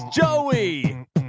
Joey